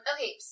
Okay